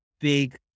big